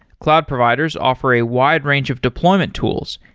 cloud providers offer a wide range of deployment tools,